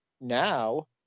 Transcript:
now